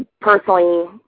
personally